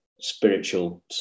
spiritual